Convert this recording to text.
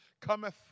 cometh